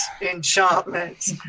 Enchantment